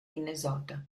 minnesota